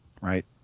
right